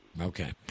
Okay